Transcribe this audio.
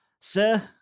sir